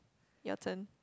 your turn